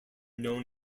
known